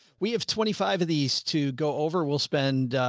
we have twenty five of these to go over. we'll spend